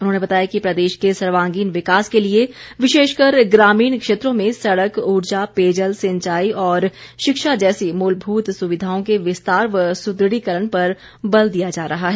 उन्होंने बताया कि प्रदेश के सर्वांगीण विकास के लिए विशेषकर ग्रामीण क्षेत्रों में सड़क ऊर्जा पेयजल सिंचाई और शिक्षा जैसी मूलभूत सुविधाओं के विस्तार व सुदृढ़ीकरण पर बल दिया जा रहा है